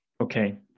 okay